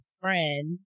friend